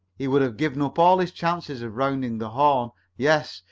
he would have given up all his chances of rounding the horn yes,